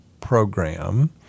program